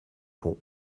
con